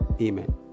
amen